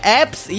apps